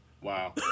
Wow